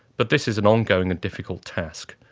but this is an ongoing and difficult task.